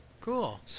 Cool